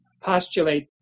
postulate